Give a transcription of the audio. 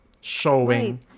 showing